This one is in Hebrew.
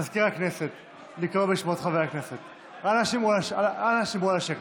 אנא שמרו על השקט.